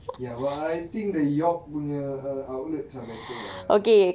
ya but I think the york punya outlets err better ah